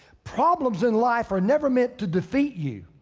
problems in life are never meant to defeat you.